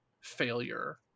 failure